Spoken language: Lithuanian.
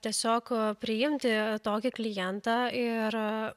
tiesiog priimti tokį klientą ir